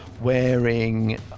wearing